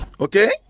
Okay